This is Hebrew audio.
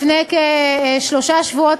לפני כשלושה שבועות,